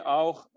auch